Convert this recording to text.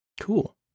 Cool